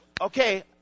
okay